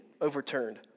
overturned